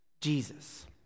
Jesus